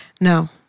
No